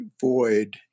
void